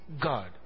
God